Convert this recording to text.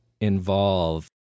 involve